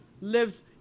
Lives